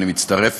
אני מצטרף